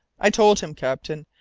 i told him, captain,